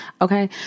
Okay